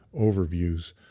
overviews